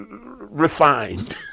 refined